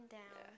down